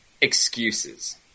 excuses